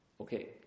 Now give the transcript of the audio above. Okay